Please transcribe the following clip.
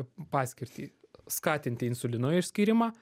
paskirtį skatinti insulino išskyrimą